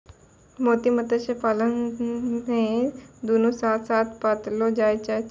मोती मत्स्य पालन मे दुनु साथ साथ पाललो जाय छै